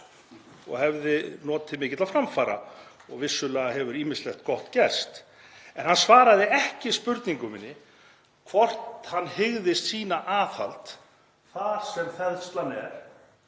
og hefði notið mikilla framfara og vissulega hefur ýmislegt gott gerst en hann svaraði ekki spurningu minni hvort hann hygðist sýna aðhald þar sem þenslan er